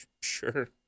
Sure